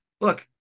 Look